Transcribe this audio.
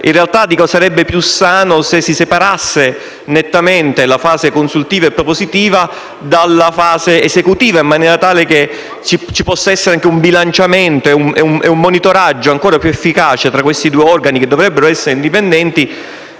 In realtà sarebbe più sano separare nettamente la fase consultiva e propositiva dalla fase esecutiva, in modo tale che ci possa essere un bilanciamento e un monitoraggio, ancora più efficace, tra questi due organi, che dovrebbero essere indipendenti